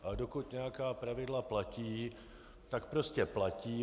Ale dokud nějaká pravidla platí, tak prostě platí.